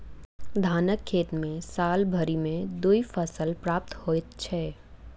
धानक खेत मे साल भरि मे दू फसल प्राप्त होइत छै